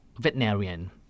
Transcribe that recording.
veterinarian